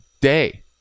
day